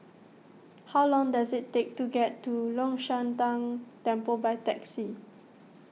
how long does it take to get to Long Shan Tang Temple by taxi